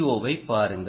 ஓவை பாருங்கள